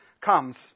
comes